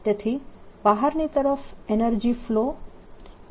તેથી બહારની તરફ એનર્જી ફ્લો S